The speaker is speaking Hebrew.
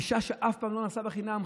אישה שאף פעם לא נסעה חינם,